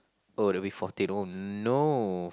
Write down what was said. oh there will be fourteen oh no